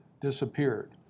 disappeared